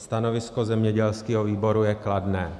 Stanovisko zemědělského výboru je kladné.